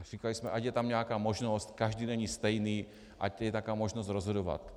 Říkali jsme, ať je tam nějaká možnost, každý není stejný, ať je nějaká možnost rozhodovat.